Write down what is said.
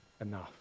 enough